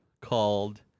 called